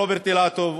רוברט אילטוב,